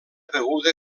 beguda